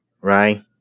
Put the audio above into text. right